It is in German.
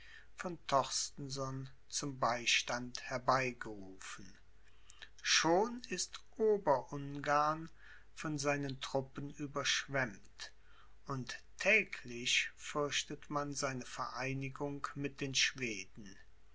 von torstenson zum beistand herbei gerufen schon ist ober ungarn von seinen truppen überschwemmt und täglich fürchtet man seine vereinigung mit den schweden